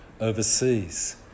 overseas